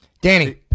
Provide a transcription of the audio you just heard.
Danny